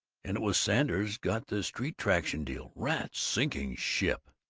and it was sanders got the street traction deal. rats sinking ship!